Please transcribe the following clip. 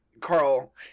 Carl